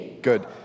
Good